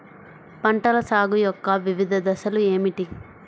పంటల సాగు యొక్క వివిధ దశలు ఏమిటి?